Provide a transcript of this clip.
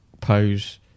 pose